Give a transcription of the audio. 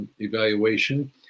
evaluation